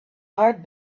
heart